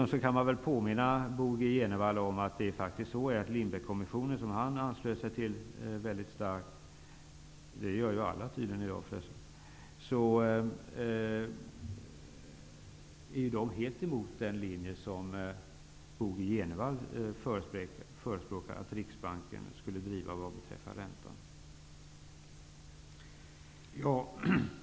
Man kan dessutom påminna Bo G Jenevall om att Lindbeckkommissionen, som han väldigt starkt anslöt sig till -- vilket alla tydligen gör i dag -- helt är emot den linje som Bo G Jenevall förespråkar, dvs. att Riksbanken skulle vara drivande vad beträffar räntan.